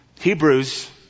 Hebrews